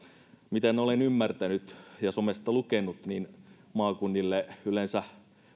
miten olen ymmärtänyt ja somesta lukenut niin maakunnille yleensä